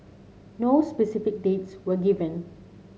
no specific dates were given